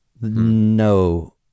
No